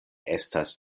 estas